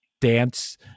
dance